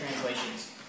translations